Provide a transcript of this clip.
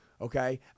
Okay